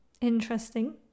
Interesting